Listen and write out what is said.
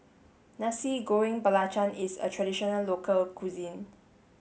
Nasi Goreng Belacan is a traditional local cuisine